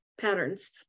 patterns